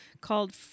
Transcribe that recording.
called